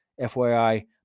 FYI